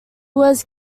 was